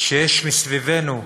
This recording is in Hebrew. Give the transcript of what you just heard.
שיש מסביבנו,